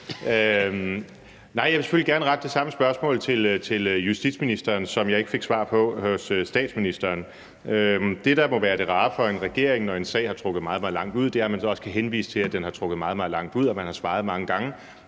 Jeg vil selvfølgelig gerne rette det samme spørgsmål til justitsministeren, som jeg ikke fik svar på af statsministeren. Det, der må være det rare for en regering, når en sag har trukket meget, meget langt ud, er, at man så også kan henvise til, den har trukket meget langt ud, og at man har svaret mange gange